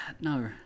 no